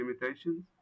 limitations